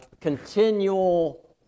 continual